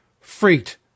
freaked